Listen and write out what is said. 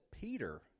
Peter